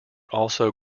also